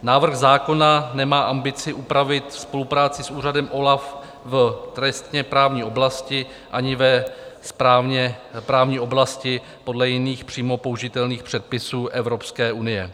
Návrh zákona nemá ambici upravit spolupráci s úřadem OLAF v trestněprávní oblasti ani ve správněprávní oblasti podle jiných, přímo použitelných předpisů Evropské unie.